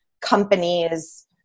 companies